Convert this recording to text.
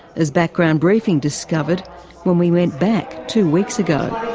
as background briefing discovered when we went back two weeks ago.